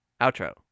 outro